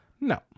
No